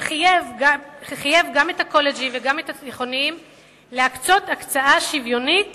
שחייב גם את הקולג'ים וגם את התיכונים להקצות הקצאה שוויונית